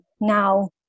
now